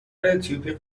اتیوپی